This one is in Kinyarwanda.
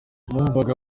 numvaga